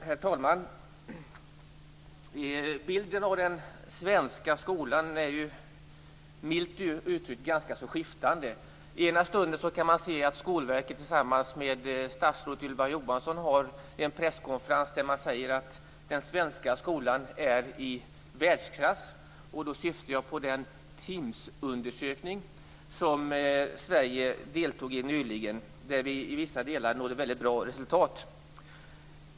Herr talman! Bilden av den svenska skolan är ju milt uttryckt ganska skiftande. Å ena sidan kan man se att Skolverket tillsammans med statsrådet Ylva Johansson har en presskonferens där man säger att den svenska skolan är i världsklass. Då syftar jag på den timsundersökning som Sverige deltog i nyligen. Där nådde vi i vissa delar väldigt bra resultat.